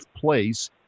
place